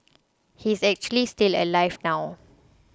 he's actually still alive now